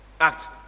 act